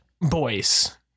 boys